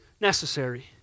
necessary